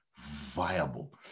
viable